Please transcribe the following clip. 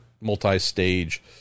multi-stage